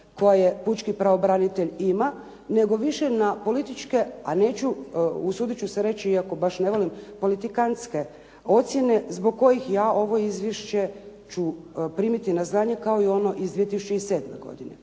koje Pučki pravobranitelj ima, nego više na političke, a neću, usudit ću se reći iako baš ne volim politikantske ocjene zbog kojih ja ovo izvješće ću primiti na znanje kao i ono iz 2007. godine.